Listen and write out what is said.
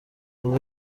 abo